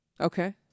Okay